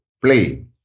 play